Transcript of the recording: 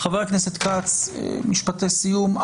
חה"כ כץ, משפטי סיום.